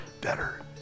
better